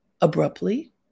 abruptly